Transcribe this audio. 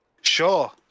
sure